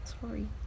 Sorry